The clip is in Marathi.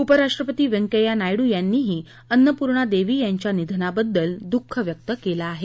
उपराष्ट्रपती व्यंकय्या नायडू यांनीही अन्नपूर्णादेवी यांच्या निधनाबद्दल दुख व्यक्त केलं आहे